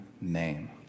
name